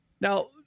Now